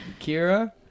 Kira